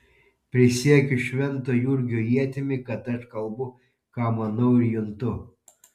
prisiekiu švento jurgio ietimi kad aš kalbu ką manau ir juntu